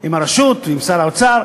עם הרשות, עם שר האוצר.